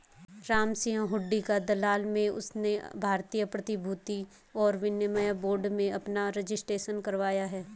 रामसिंह हुंडी का दलाल है उसने भारतीय प्रतिभूति और विनिमय बोर्ड में अपना रजिस्ट्रेशन करवाया है